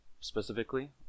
specifically